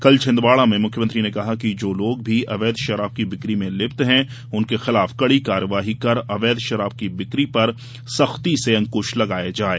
कल छिंदवाडा में मख्यमंत्री ने कहा कि जो लोग भी अवैध शराब की बिक्री में लिप्त हैं ऐसे लोगों पर कड़ी कार्यवाही कर अवैध शराब की बिक्री पर सख्ती से अंकुश लगाया जाये